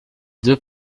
deux